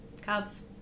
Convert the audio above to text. Cubs